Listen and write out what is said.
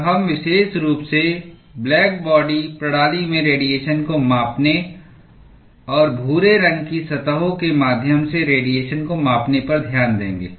और हम विशेष रूप से ब्लैक बॉडी प्रणाली में रेडीएशन को मापने और भूरे रंग की सतहों के माध्यम से रेडीएशन को मापने पर ध्यान देंगे